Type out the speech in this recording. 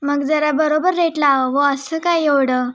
मग जरा बरोबर रेट लावा हो असं काय एवढं